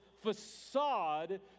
facade